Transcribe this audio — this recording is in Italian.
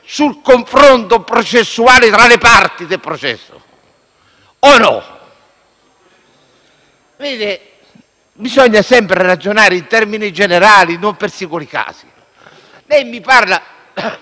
sul confronto processuale tra le parti del processo o no. Vede, bisogna sempre ragionare in termini generali e non per singoli casi. Passando